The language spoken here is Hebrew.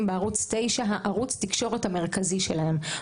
את ערוץ 9 כערוץ התקשורת המרכזי שלהם,